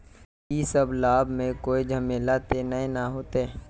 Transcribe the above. इ सब लाभ में कोई झमेला ते नय ने होते?